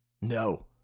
No